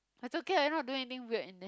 it's okay you're not doing anything weird in there